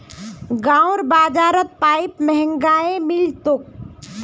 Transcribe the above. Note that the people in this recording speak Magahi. गांउर बाजारत पाईप महंगाये मिल तोक